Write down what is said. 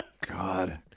God